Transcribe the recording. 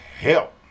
help